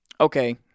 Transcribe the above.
okay